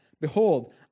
Behold